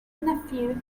nephew